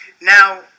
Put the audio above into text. Now